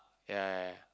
yea yea yea